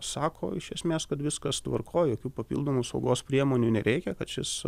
sako iš esmės kad viskas tvarkoj jokių papildomų saugos priemonių nereikia kad šis